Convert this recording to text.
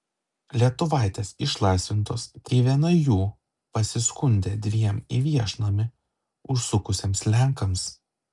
lietuvaitės išlaisvintos kai viena jų pasiskundė dviem į viešnamį užsukusiems lenkams